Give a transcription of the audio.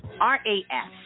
R-A-S